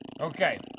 Okay